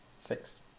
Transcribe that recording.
Six